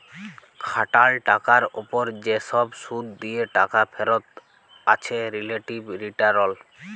খাটাল টাকার উপর যে সব শুধ দিয়ে টাকা ফেরত আছে রিলেটিভ রিটারল